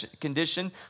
condition